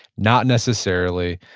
not necessarily.